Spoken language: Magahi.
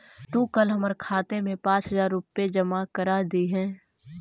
तू कल हमर खाते में पाँच हजार रुपए जमा करा दियह